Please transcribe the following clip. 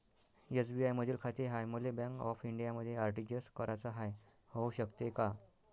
SBI मधी खाते हाय, मले बँक ऑफ इंडियामध्ये आर.टी.जी.एस कराच हाय, होऊ शकते का?